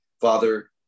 Father